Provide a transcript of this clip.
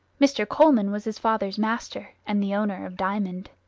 mr. coleman was his father's master, and the owner of diamond.